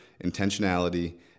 intentionality